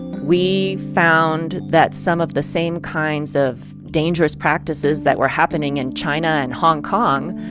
we found that some of the same kinds of dangerous practices that were happening in china and hong kong,